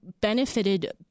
benefited